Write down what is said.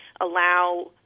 allow –